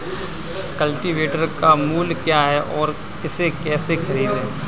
Cultivator का मूल्य क्या है और इसे कैसे खरीदें?